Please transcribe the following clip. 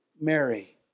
Mary